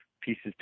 pieces